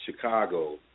Chicago